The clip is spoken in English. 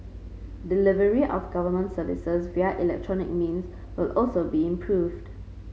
delivery of government services via electronic means will also be improved